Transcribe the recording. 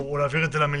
או להעביר את זה למליאה,